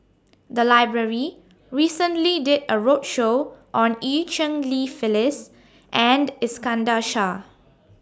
The Library recently did A roadshow on EU Cheng Li Phyllis and Iskandar Shah